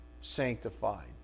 sanctified